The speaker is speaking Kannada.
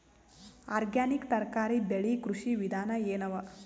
ಆರ್ಗ್ಯಾನಿಕ್ ತರಕಾರಿ ಬೆಳಿ ಕೃಷಿ ವಿಧಾನ ಎನವ?